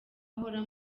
akora